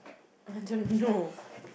I don't know